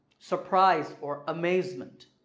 surprise or amazement.